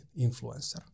influencer